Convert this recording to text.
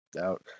out